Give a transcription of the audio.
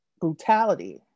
brutality